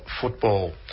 football